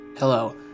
hello